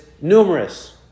numerous